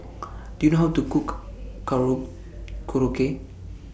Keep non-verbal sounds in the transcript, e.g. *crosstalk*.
*noise* Do YOU know How to Cook Karo Korokke